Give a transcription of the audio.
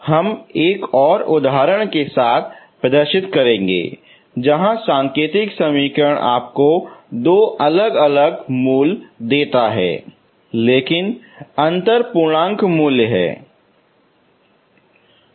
हम एक और उदाहरण के साथ प्रदर्शित करेंगे जहां सांकेतिक समीकरण आपको दो अलग अलग मूल देता है लेकिन अंतर पूर्णांक मूल्य है